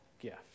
gift